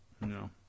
No